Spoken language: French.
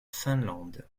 finlande